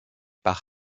par